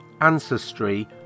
ancestry